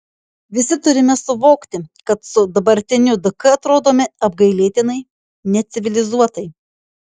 visi turime suvokti kad su dabartiniu dk atrodome apgailėtinai necivilizuotai